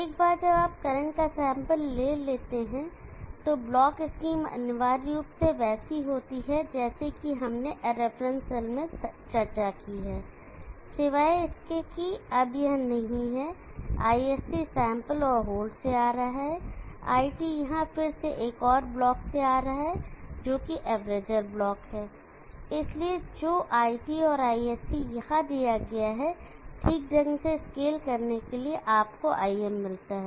एक बार जब आप करंट का सैंपल ले लेते हैं तो ब्लॉक स्कीम अनिवार्य रूप से वैसी होती है जैसी कि हमने रेफरेंस सेल में चर्चा की हैं सिवाय इसके कि यह अब नहीं है ISC सैंपल और होल्ड से आ रहा है iT यहां फिर से एक और ब्लॉक से आ रहा है जो कि एक एवरेजर ब्लॉक है इसलिए जो iT और ISC यहाँ दिया गया है ठीक ढंग से स्केल करने से आपको Im मिलता है